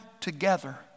together